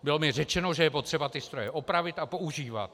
Bylo mi řečeno, že je potřeba ty stroje opravit a používat.